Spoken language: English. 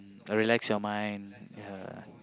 um relax your mind ya